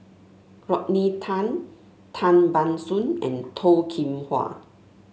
Rodney Tan Tan Ban Soon and Toh Kim Hwa